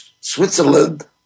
Switzerland